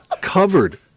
covered